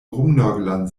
rumnörglern